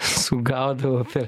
sugaudavau per